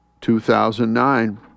2009